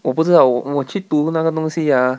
我不知道我我去读那个东西啊